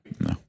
No